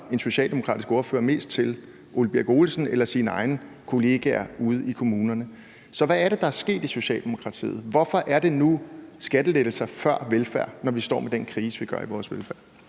en socialdemokratisk ordfører mest til? Er det Ole Birk Olesen eller ordførerens egne kollegaer ude i kommunerne? Så hvad er det, der er sket i Socialdemokratiet? Hvorfor prioriterer man nu skattelettelser over velfærd, når vi står med den krise, vi gør, i vores velfærdssamfund?